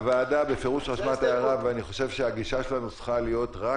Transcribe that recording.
הוועדה רשמה את ההערה ואני חושב שהגישה שלנו צריכה להיות שזה